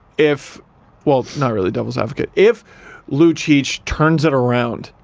if well, not really devil's advocate, if lucic turns it around,